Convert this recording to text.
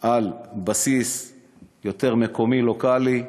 על בסיס יותר מקומי, לוקלי,